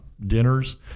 dinners